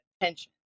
attention